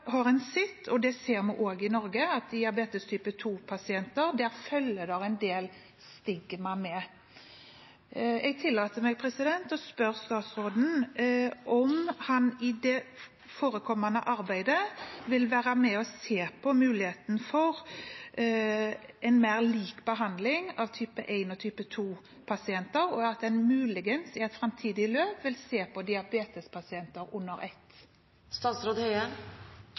og det ser vi også i Norge – at diabetes type 2-pasienter følger det en del stigma med. Jeg tillater meg å spørre statsråden om han i det forekommende arbeidet vil være med og se på muligheten for en mer lik behandling av type 1- og type 2-pasienter, og at en muligens i et framtidig løp vil se på diabetespasienter under